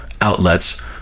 outlets